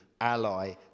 ally